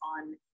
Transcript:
on